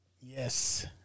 Yes